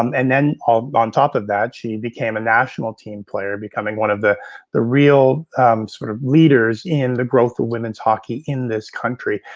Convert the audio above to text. um and then um on top of that, she became a national team player becoming one of the the real sort of leaders in the growth of women's hockey in this country.